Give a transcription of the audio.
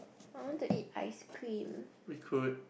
I want to eat ice cream